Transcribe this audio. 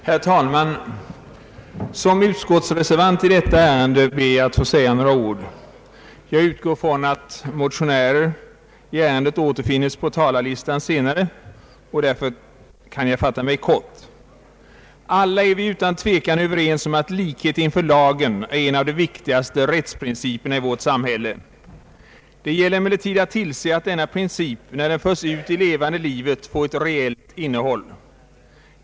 Herr talman! Som utskottsreservant i detta ärende ber jag att få säga några ord. Jag utgår från att motionärer i ärendet återfinns på talarlistan senare, och därför kan jag fatta mig kort. Alla är vi utan tvekan överens om att likhet inför lagen är en av de viktigaste rättsprinciperna i vårt samhälle. Det gäller emellertid att tillse att denna princip när den förs ut i levande livet får ett reellt innehåll.